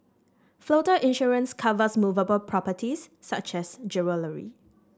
floater insurance covers movable properties such as jewellery